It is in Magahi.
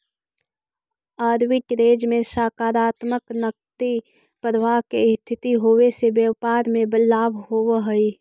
आर्बिट्रेज में सकारात्मक नकदी प्रवाह के स्थिति होवे से व्यापार में लाभ होवऽ हई